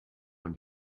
man